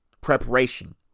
preparation